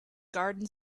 garden